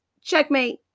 Checkmate